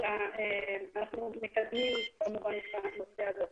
אלא אנחנו מקדמים כמובן את הנושא הזה.